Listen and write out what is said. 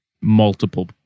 multiple